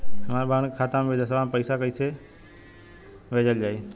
हमरे बहन के खाता मे विदेशवा मे पैसा कई से भेजल जाई?